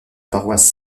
paroisse